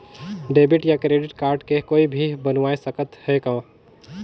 Debit या credit card के कोई भी बनवाय सकत है का?